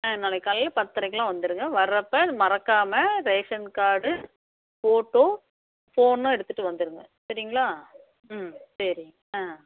ஆ நாளைக்கு காலையில் பத்தரைக்கெலாம் வந்துடுங்க வரப்போ மறக்காமல் ரேஷன் கார்டு ஃபோட்டோ ஃபோனும் எடுத்துகிட்டு வந்துடுங்க சரிங்களா ம் சரிங்க ஆ